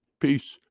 peace